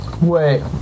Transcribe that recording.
Wait